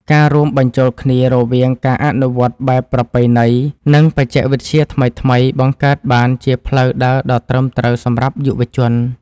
ការរួមបញ្ចូលគ្នារវាងការអនុវត្តបែបប្រពៃណីនិងបច្ចេកវិទ្យាថ្មីៗបង្កើតបានជាផ្លូវដើរដ៏ត្រឹមត្រូវសម្រាប់យុវជន។